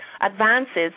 advances